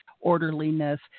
orderliness